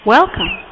Welcome